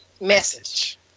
Message